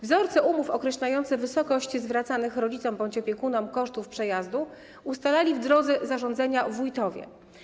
Wzorce umów określające wysokość zwracanych rodzicom bądź opiekunom kosztów przejazdu ustalali w drodze zarządzenia wójtowie.